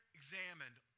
examined